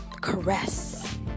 caress